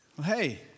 Hey